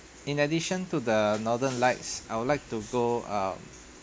in addition to the northern lights I would like to go um